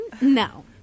No